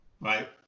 right